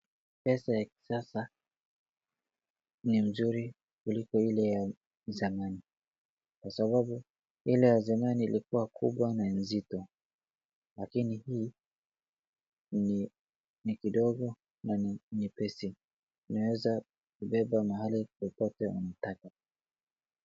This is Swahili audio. Pesa ya kisasa, ni mzuri kuliko ile ya zamani. Kwa sababu, ile ya zamani ilikuwa kubwa na nzito lakini hii ni, ni kidogo na ni nyepesi. Unaweza kubeba mahali popote unataka.